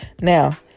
Now